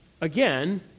Again